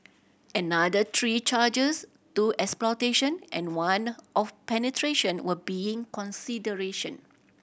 another three charges two exploitation and one of penetration were being consideration